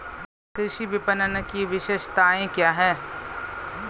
कृषि विपणन की विशेषताएं क्या हैं?